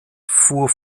fuhr